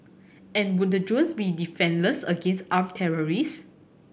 and would the drones be defenceless against armed terrorist